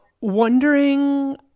wondering